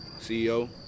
CEO